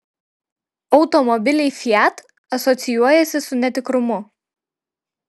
automobiliai fiat asocijuojasi su netikrumu